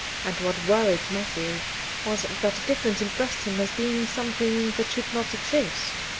and what worried matthew was that the difference impressed him as being something that should not exist.